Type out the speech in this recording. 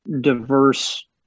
diverse